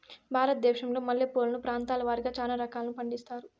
భారతదేశంలో మల్లె పూలను ప్రాంతాల వారిగా చానా రకాలను పండిస్తారు